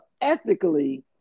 ethically